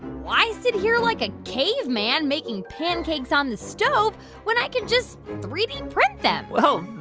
why sit here like a caveman making pancakes on the stove when i could just three d print them? well,